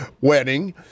wedding